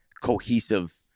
cohesive